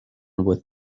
with